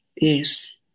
Yes